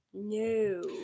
No